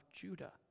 Judah